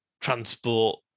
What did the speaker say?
transport